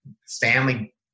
family